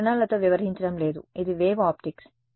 మేము కిరణాలతో వ్యవహరించడం లేదు ఇది వేవ్ ఆప్టిక్స్